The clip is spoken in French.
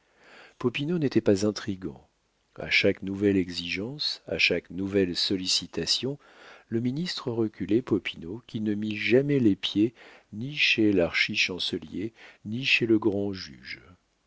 n'était pas intrigant a chaque nouvelle exigence à chaque nouvelle sollicitation le ministre reculait popinot qui ne mit jamais les pieds ni chez l'archichancelier ni chez le grand-juge de